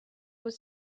was